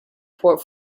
port